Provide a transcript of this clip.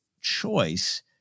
choice